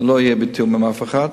זה לא יהיה בתיאום עם אף אחד.